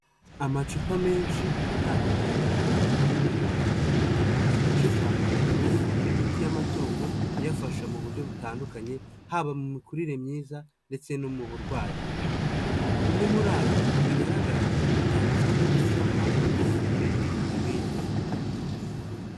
Amacupa menshi atandukanye y'umweru, ayo macupa akaba arimo imiti y'amatungo, iyafasha muburyo butandukanye, haba mu mikurire myiza ndetse no mu burwayi, bimwe muri ayo bigaragara, byanditseho mu ndimi z'amahanga ngo meliti vitamine.